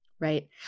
Right